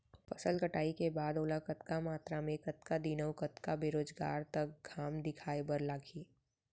फसल कटाई के बाद ओला कतका मात्रा मे, कतका दिन अऊ कतका बेरोजगार तक घाम दिखाए बर लागही?